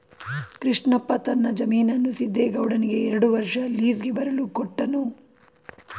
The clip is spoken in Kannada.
ಕೃಷ್ಣಪ್ಪ ತನ್ನ ಜಮೀನನ್ನು ಸಿದ್ದೇಗೌಡನಿಗೆ ಎರಡು ವರ್ಷ ಲೀಸ್ಗೆ ಬರಲು ಕೊಟ್ಟನು